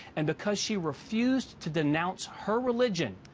and because she refused to denounce her religion,